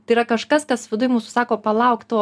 tai yra kažkas tas viduj mūsų sako palauk tuo